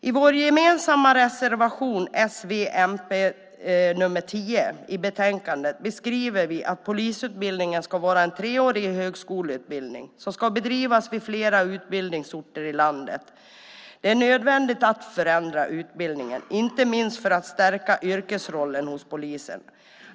I Socialdemokraternas, Vänsterpartiets och Miljöpartiets gemensamma reservation 10 i betänkandet skriver vi att polisutbildningen ska vara en treårig högskoleutbildning som ska bedrivas på flera utbildningsorter i landet. Det är nödvändigt att förändra utbildningen, inte minst för att stärka polisens yrkesroll.